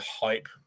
hype